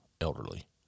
elderly